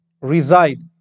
reside